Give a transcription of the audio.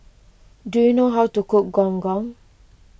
do you know how to cook Gong Gong